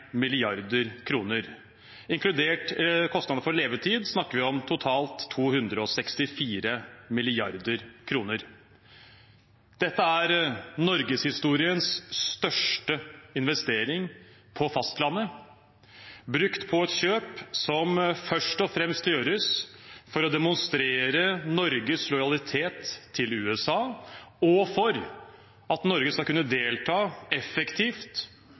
Inkludert kostnadene for levetid snakker vi om totalt 264 mrd. kr. Dette er norgeshistoriens største investering på fastlandet, brukt på et kjøp som først og fremst gjøres for å demonstrere Norges lojalitet til USA, og for at Norge skal kunne delta effektivt